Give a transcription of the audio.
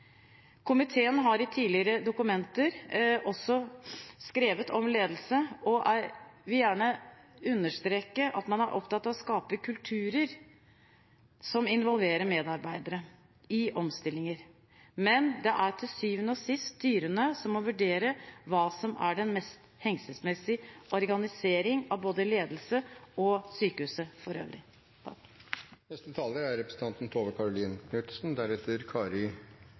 komiteen også opptatt av. Komiteen har i tidligere dokumenter også skrevet om ledelse og vil gjerne understreke at man er opptatt av å skape kulturer som involverer medarbeidere i omstillinger. Men det er til syvende og sist styrene som må vurdere hva som er den mest hensiktsmessige organisering av både ledelse og sykehuset for øvrig.